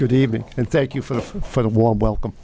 good evening and thank you for for the warm welcome